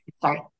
sorry